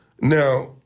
Now